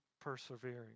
persevering